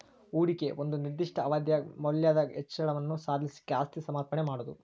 ಹೂಡಿಕಿ ಒಂದ ನಿರ್ದಿಷ್ಟ ಅವಧ್ಯಾಗ್ ಮೌಲ್ಯದಾಗ್ ಹೆಚ್ಚಳವನ್ನ ಸಾಧಿಸ್ಲಿಕ್ಕೆ ಆಸ್ತಿ ಸಮರ್ಪಣೆ ಮಾಡೊದು